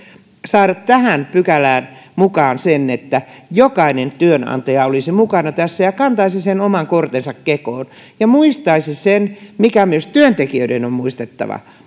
saada tähän pykälään mukaan sen että jokainen työnantaja olisi mukana tässä ja kantaisi sen oman kortensa kekoon ja muistaisi sen mikä myös työntekijöiden on muistettava